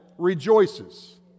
rejoices